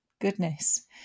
Goodness